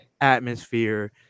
atmosphere